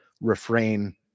refrain